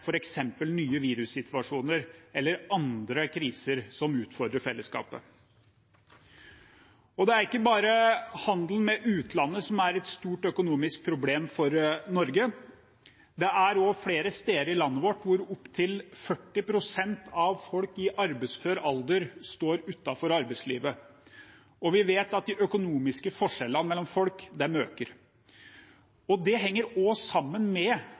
nye virussituasjoner eller andre kriser som utfordrer fellesskapet. Det er ikke bare handelen med utlandet som er et stort økonomisk problem for Norge. Flere steder i landet vårt står opptil 40 pst. av folk i arbeidsfør alder utenfor arbeidslivet, og vi vet at de økonomiske forskjellene mellom folk øker. Det henger også sammen med